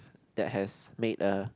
that has made a